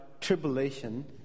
tribulation